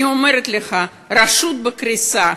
אני אומרת לך: הרשות בקריסה.